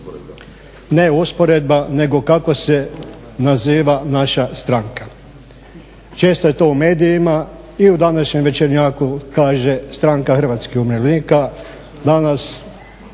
ne usporedba, nego kako se naziva naša stranka. Često je to u medijima i u današnjem Večernjaku kaže Stranka hrvatskih umirovljenika,